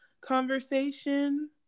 conversation